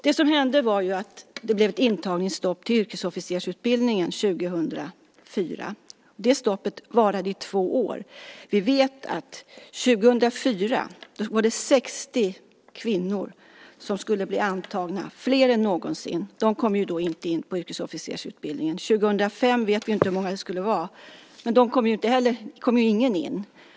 Det som hände var ju att det blev intagningsstopp till yrkesofficersutbildningen 2004. Det stoppet varade i två år. Vi vet att 60 kvinnor skulle bli antagna 2004, fler än någonsin, men de kom då inte in på yrkesofficersutbildningen. 2005 vet vi inte hur många det skulle ha varit, för då kom ju ingen in.